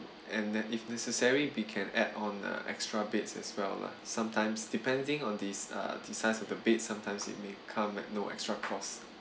and then if necessary we can add on uh extra beds as well lah sometimes depending on these err the size of the bed sometimes it may come at no extra cost